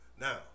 Now